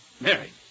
Mary